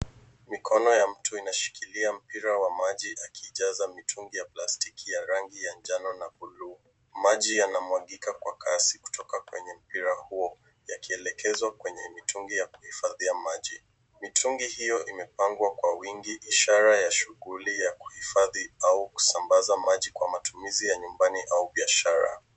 Mikono ya mtu inashikilia mpira wa maji akijaza mitungi ya plastiki ya rangi ya njano na buluu. Maji yanamwagika kwa kasi kutoka kwenye mpira huo yakiolekezwa kwenye mitungi ya kuhifadhia maji. Mitungi hio imepangwa kwa wingi ishara ya shughuli ya kuhifadhi au kusambaza maji kwa matumizi ya nyumbani au biashara.